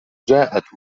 جاءت